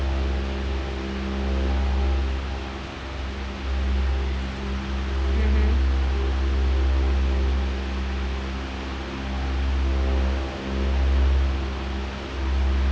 mmhmm